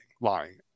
lying